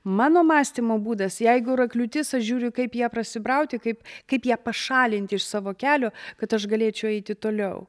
mano mąstymo būdas jeigu yra kliūtis aš žiūriu kaip į ją prasibrauti kaip kaip ją pašalinti iš savo kelio kad aš galėčiau eiti toliau